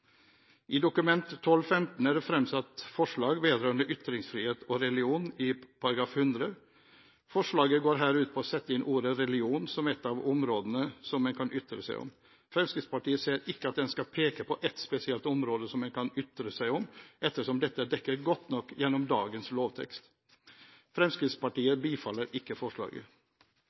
I Dokument 12:15 er det fremsatt forslag vedrørende ytringsfrihet og religion i § 100. Forslaget går ut på å sette inn ordet «religion» som et av områdene som en kan ytre seg om. Fremskrittspartiet ser ikke at en skal peke på ett spesielt område som en kan ytre seg om, ettersom dette er dekket godt nok gjennom dagens lovtekst. Fremskrittspartiet bifaller ikke forslaget.